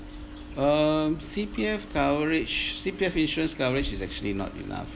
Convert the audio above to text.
um C_P_F coverage C_P_F insurance coverage is actually not enough